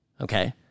okay